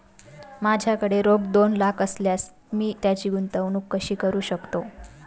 माझ्याकडे रोख दोन लाख असल्यास मी त्याची गुंतवणूक कशी करू शकतो?